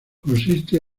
consiste